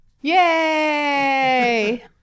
yay